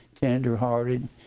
tender-hearted